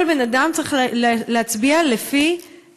כל בן-אדם צריך להצביע לפי